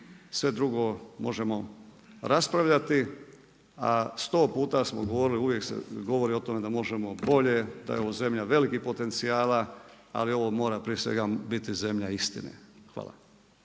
je dakle, možemo raspravljati, a sto puta se govorilo, uvijek se govori o tome da možemo bolje, da je ovo zemlja velikih potencijala, ali ova prije svega biti zemlja istine. Hvala.